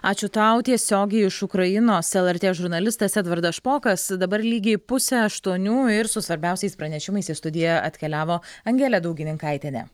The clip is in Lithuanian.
ačiū tau tiesiogiai iš ukrainos lrt žurnalistas edvardas špokas dabar lygiai pusę aštuonių ir su svarbiausiais pranešimais į studiją atkeliavo angelė daugininkaitienė